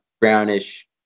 brownish